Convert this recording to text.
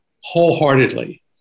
wholeheartedly